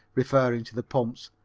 referring to the pumps.